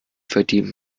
verdient